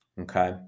okay